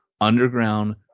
underground